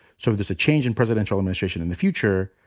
so if there's a change in presidential administration in the future,